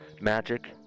magic